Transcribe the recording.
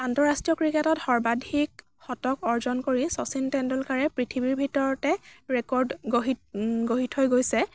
আন্তঃৰাষ্ট্ৰীয় ক্ৰিকেটত সৰ্বাধিক শতক অৰ্জন কৰি শচীন টেণ্ডুলকাৰে পৃথিৱীৰ ভিতৰতে ৰেকৰ্ড গঢ়ি গঢ়ি থৈ গৈছে